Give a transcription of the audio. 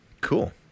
cool